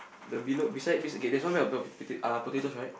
the below beside be okay there's one bag of belv~ uh potatoes right